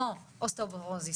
כמו אוסטאופורוזיס,